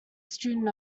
student